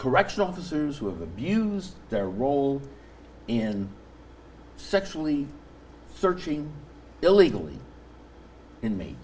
correctional officers who abuse their role in sexually searching illegally in